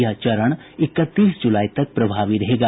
यह चरण इकतीस जुलाई तक प्रभावी रहेगा